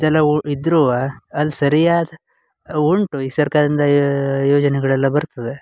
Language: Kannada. ಇದೆಲ್ಲ ಉ ಇದ್ರೂ ಅಲ್ಲಿ ಸರಿಯಾದ ಉಂಟು ಈ ಸರ್ಕಾರಿಂದ ಯೋಜನೆಗಳೆಲ್ಲ ಬರ್ತದೆ